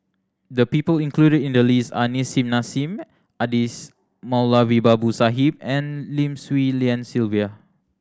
the people included in the list are Nissim Nassim Adis Moulavi Babu Sahib and Lim Swee Lian Sylvia